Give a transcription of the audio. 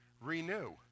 Renew